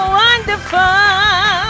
wonderful